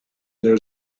there